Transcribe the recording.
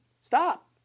Stop